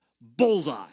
Bullseye